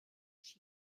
she